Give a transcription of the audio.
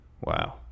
Wow